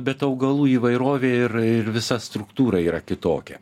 bet augalų įvairovė ir ir visa struktūra yra kitokia